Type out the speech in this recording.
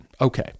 Okay